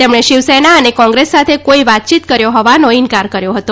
તેમણે શિવસેના અને કોંગ્રેસ સાથે કોઈ વાતચીત કર્યો હોવાનો ઈન્કાર કર્યો હતો